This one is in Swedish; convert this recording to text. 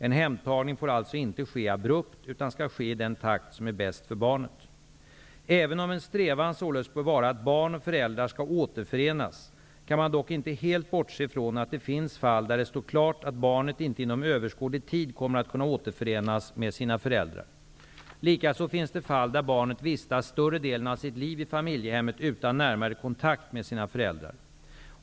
En hemtagning får alltså inte ske abrupt, utan skall ske i den takt som är bäst för barnet. Även om en strävan således bör vara att barn och föräldrar skall återförenas kan man dock inte helt bortse från att det finns fall där det står klart att barnet inte inom överskådlig tid kommer att kunna återförenas med sina föräldrar. Likaså finns det fall där barnet vistats större delen av sitt liv i familjehemmet utan närmare kontakt med sina föräldrar.